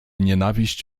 nienawiść